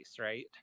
right